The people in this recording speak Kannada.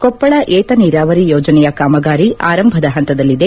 ಕೊಪ್ಪಳ ಏತ ನೀರಾವರಿ ಯೋಜನೆಯ ಕಾಮಗಾರಿ ಆರಂಭದ ಪಂತದಲ್ಲಿದೆ